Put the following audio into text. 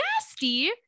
nasty